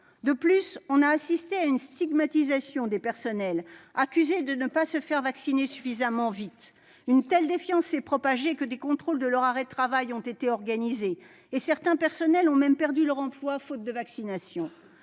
De plus, on a assisté à une stigmatisation des personnels, accusés de ne pas se faire vacciner suffisamment vite. Une défiance telle s'est propagée que des contrôles de leurs arrêts de travail ont été organisés, et certains personnels ont même perdu leur emploi faute de vaccination.